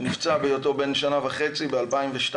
שנפצע בהיותו בן שנה וחצי ב-2002,